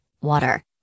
water